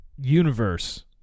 universe